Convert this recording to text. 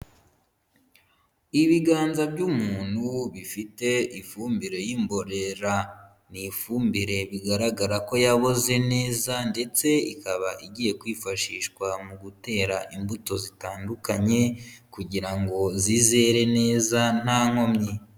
Ibiganza by'umuntu bifite ifumbire y'imborera, ni ifumbire bigaragara ko yaboze neza ndetse ikaba igiye kwifashishwa mu gutera imbuto zitandukanye kugira ngo zizere neza nta nkomyi.